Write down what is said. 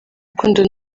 rukundo